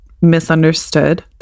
misunderstood